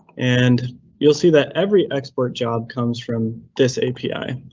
and you'll see that every export job comes from this api.